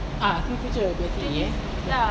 ah skills future P_S_E_A